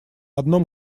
одном